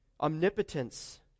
omnipotence